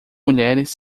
mulheres